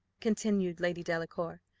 continued lady delacour,